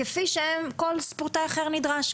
כפי שכל ספורטאי אחר נדרש,